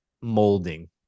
molding